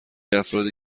افرادی